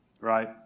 right